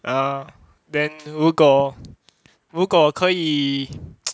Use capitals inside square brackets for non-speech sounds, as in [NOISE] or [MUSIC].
ah then 如果如果可以 [NOISE]